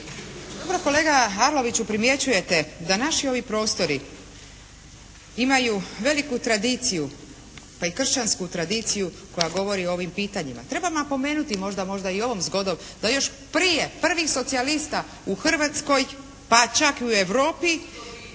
Dobro kolega Arloviću primjećujete da naši ovi prostori imaju veliku tradiciju pa i kršćansku tradiciju koja govori o ovim pitanjima. Trebam napomenuti, možda i ovom zgodom da još prije prvih socijalista u Hrvatskoj, pa čak i u Europi